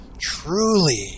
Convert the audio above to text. truly